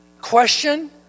question